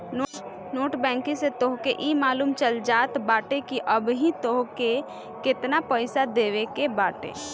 net banking से तोहके इ मालूम चल जात बाटे की अबही तोहके केतना पईसा देवे के बाटे